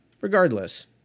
Regardless